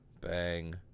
bang